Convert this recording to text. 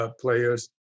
players